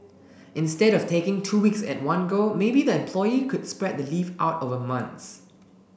instead of taking two weeks at one go maybe the employee could spread the leave out over months